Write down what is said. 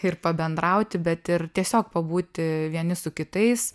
ir pabendrauti bet ir tiesiog pabūti vieni su kitais